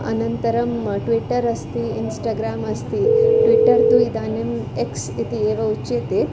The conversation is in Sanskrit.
अनन्तरं ट्विटर् अस्ति इन्स्टग्राम् अस्ति ट्विटर् तु इदानीम् एक्स् इति एव उच्यते